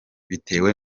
bitewe